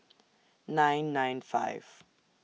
nine nine five